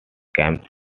camp